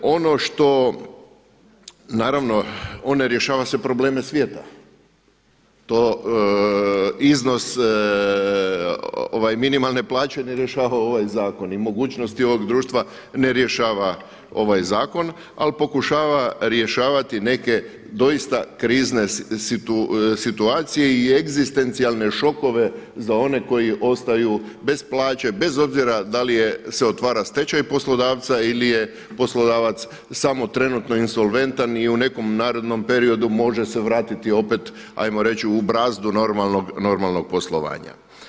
Ono što, naravno on ne rješava sve probleme svijeta, to iznos minimalne plaće ne rješava ovaj zakon i mogućnosti ovog društva ne rješava ovaj zakon ali pokušava rješavati neke doista krizne situacije i egzistencijalne šokove za one koji ostaju bez plaće, bez obzira da li se otvara stečaj poslodavca ili je poslodavac samo trenutno insolventan i u nekom narednom periodu može se vratiti opet ajmo reći u brazdu normalnog poslovanja.